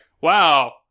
wow